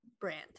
brand